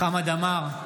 חמד עמאר,